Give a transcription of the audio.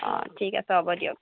অঁ ঠিক আছে হ'ব দিয়ক